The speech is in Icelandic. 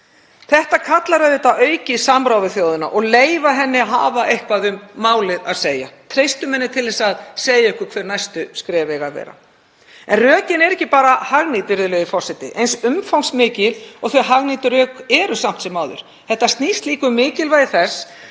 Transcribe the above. Þetta kallar auðvitað á aukið samráð við þjóðina og að leyfa henni að hafa eitthvað um málið að segja, treysta henni til að segja ykkur hver næstu skref eiga að vera. En rökin eru ekki bara hagnýt, virðulegi forseti, eins umfangsmikil og þau hagnýtu rök eru samt sem áður. Þetta snýst líka um mikilvægi þess